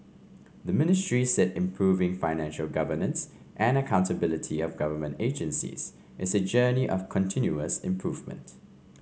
the Ministry said improving financial governance and accountability of government agencies is a journey of continuous improvement